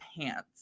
pants